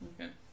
Okay